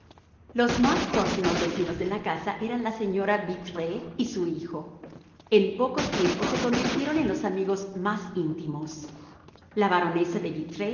los más próximos vecinos de la casa eran la señora vitré y su hijo en poco tiempo se convirtieron en los amigos más íntimos la baronesa de